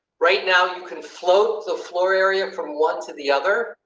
right now you can float the floor area from one to the other.